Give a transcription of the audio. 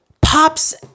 pops